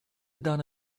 done